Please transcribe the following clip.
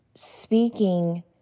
speaking